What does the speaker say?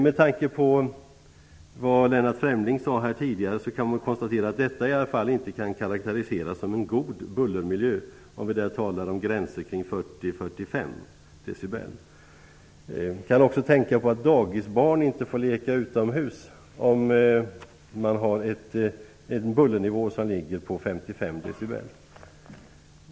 Med tanke på vad Lennart Fremling sade här tidigare kan man konstatera att detta i alla fall inte kan karakteriseras som en god bullermiljö, om vi där talar om gränser kring 40--45 dB. Man kan också tänka på att dagisbarn inte får leka utomhus om bullernivån ligger på 55 dB.